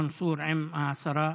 מנסור, עם השרה,